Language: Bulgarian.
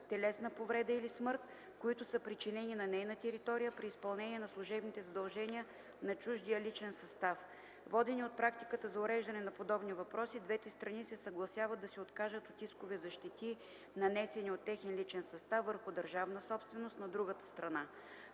телесна повреда или смърт, които са причинени на нейна територия при изпълнение на служебните задължения на чуждия личен състав. Водени от практиката за уреждане на подобни въпроси, двете страни се съгласяват да се откажат от искове за щети, нанесени от техен личен състав върху държавна собственост на другата страна.